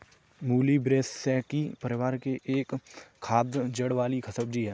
मूली ब्रैसिसेकी परिवार की एक खाद्य जड़ वाली सब्जी है